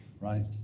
right